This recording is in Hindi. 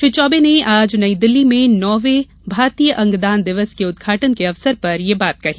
श्री चौबे ने आज नई दिल्ली में नौंवे भारतीय अंगदान दिवस के उद्घाटन के अवसर पर यह बात कही